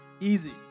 easy